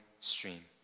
stream